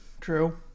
true